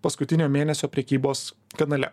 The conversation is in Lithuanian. paskutinio mėnesio prekybos kanale